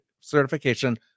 certification